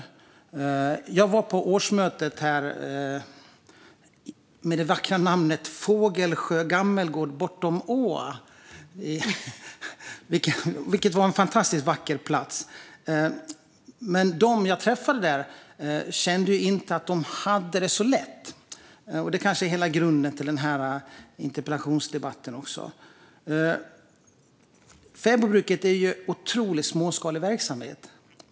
Men de som jag träffade när jag var på årsmöte på gården med det vackra namnet Fågelsjö gammelgård bortom åa, dessutom en fantastiskt vacker plats, kände inte att de hade det så lätt. Det kan ses som en del av grunden till den här interpellationsdebatten. Fäbodbruket är en otroligt småskalig verksamhet.